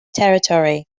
territory